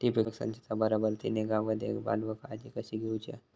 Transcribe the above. ठिबक संचाचा बराबर ती निगा व देखभाल व काळजी कशी घेऊची हा?